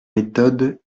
méthodes